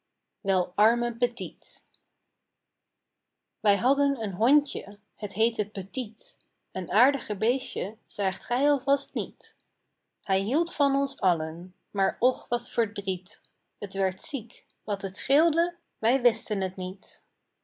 wel arme petit wij hadden een hondje het heette petit een aardiger beestje zaagt gij alvast niet het hield van ons allen maar och wat verdriet t werd ziek wat het scheelde wij wisten het niet